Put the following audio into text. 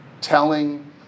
telling